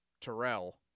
Terrell